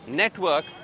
network